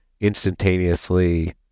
instantaneously